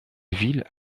ville